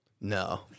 No